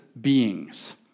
beings